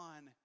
One